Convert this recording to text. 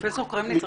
פרופ' קרמניצר,